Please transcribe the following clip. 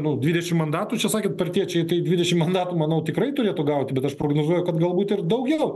nu dvidešim mandatų čia sakėt partiečiai tai dvidešim mandatų manau tikrai turėtų gauti bet aš prognozuoju kad galbūt ir daugiau